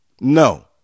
no